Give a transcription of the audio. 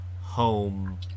home